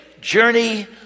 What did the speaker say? journey